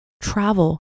Travel